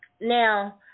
now